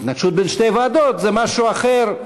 התנגשות בין שתי ועדות זה משהו אחר,